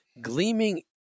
gleaming